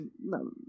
no